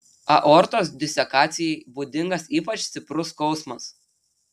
aortos disekacijai būdingas ypač stiprus skausmas